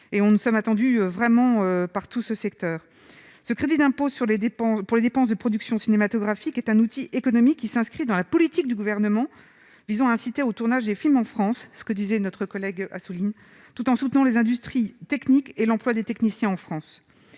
Et on ne sommes attendus vraiment partout ce secteur, ce crédit d'impôt sur les dépenses pour les dépenses de production cinématographique est un outil économique qui s'inscrit dans la politique du gouvernement, ils ont incité au tournage des films en France ce que disait notre collègue a souligné, tout en soutenant les industries techniques et l'emploi des techniciens en France,